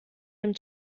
dem